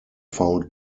found